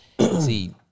see